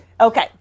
Okay